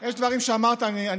יש דברים שאמרת, אני